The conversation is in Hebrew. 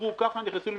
חקרו ככה, נכנסו למשרדים.